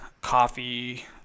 coffee